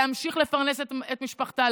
להמשיך לפרנס את משפחתה,